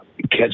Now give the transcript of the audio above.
catch